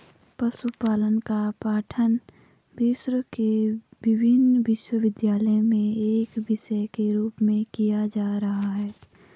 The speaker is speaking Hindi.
पशुपालन का पठन विश्व के विभिन्न विश्वविद्यालयों में एक विषय के रूप में किया जा रहा है